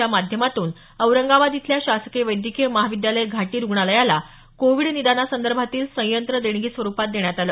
च्या माध्यमातून औरंगाबाद इथल्या शासकीय वैद्यकीय महाविद्यालय घाटी रुग्णालयाला कोविड निदानासंदर्भातील संयत्र देणगी स्वरूपात देण्यात आलं